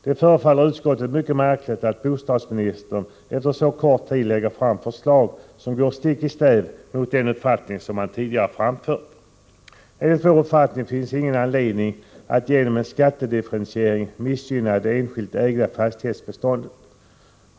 Det förefaller utskottet mycket märkligt att bostadsministern efter så kort tid lägger fram förslag som går stick i stäv mot den uppfattning han tidigare framfört. Enligt vår uppfattning finns det ingen anledning att genom en skattedifferentiering missgynna det enskilt ägda fastighetsbeståndet.